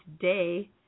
today